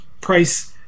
price